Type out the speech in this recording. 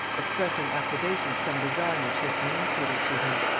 expressing approbation of some design which he had communicated to him.